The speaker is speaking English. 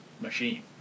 machine